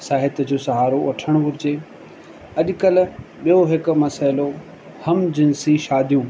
साहित्य जो सहारो वठणु घुरिजे अॼु कल्ह ॿियो हिकु मसइलो हम जींस जी शादियूं